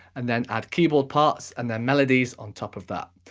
and then add keyboard parts and melodies on top of that.